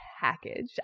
package